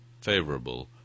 favorable